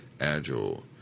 agile